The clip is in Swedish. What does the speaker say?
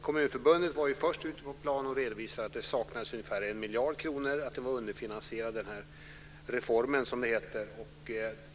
Kommunförbundet var först ute på plan och redovisade att det saknades ungefär 1 miljard kronor, att reformen, som den heter, var underfinansierad.